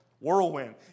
whirlwind